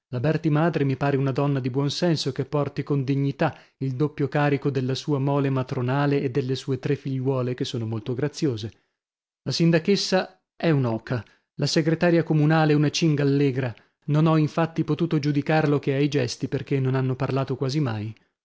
la berti madre mi pare una donna di buon senso che porti con dignità il doppio carico della sua mole matronale e delle sue tre figliuole che sono molto graziose la sindachessa è un'oca la segretaria comunale una cingallegra non ho infatti potuto giudicarlo che ai gesti perchè non hanno parlato quasi mai